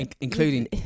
including